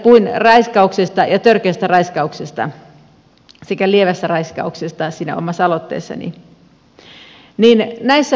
puhuin raiskauksesta ja törkeästä raiskauksesta sekä lievästä raiskauksesta siinä omassa aloitteessani